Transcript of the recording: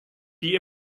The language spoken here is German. die